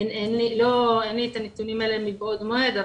אין לי את הנתונים האלה מבעוד מועד.